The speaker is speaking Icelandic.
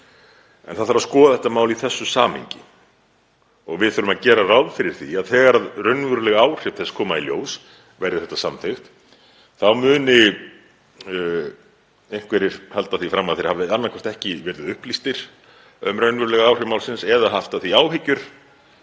En það þarf að skoða þetta mál í þessu samhengi og við þurfum að gera ráð fyrir því að þegar raunveruleg áhrif þess koma í ljós, verði þetta samþykkt, þá muni einhverjir halda því fram að þeir hafi annaðhvort ekki verið upplýstir um raunveruleg áhrif málsins eða haft af því áhyggjur,